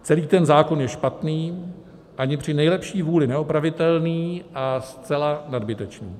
Celý ten zákon je špatný, i při nejlepší vůli neopravitelný a zcela nadbytečný.